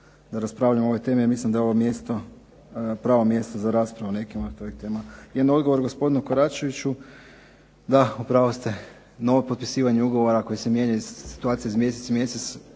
da raspravljamo o ovoj temi jer mislim da je ovo pravo mjesto za raspravu o nekim od ovih tema. Jedan odgovor gospodinu Koračeviću. Da, u pravu ste, novo potpisivanje ugovora koje se mijenja situacija iz mjeseca u mjesec